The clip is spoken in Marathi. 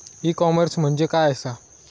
ई कॉमर्स म्हणजे काय असा?